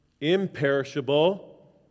imperishable